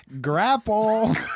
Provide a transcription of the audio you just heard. grapple